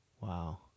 wow